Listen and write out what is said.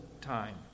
time